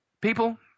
People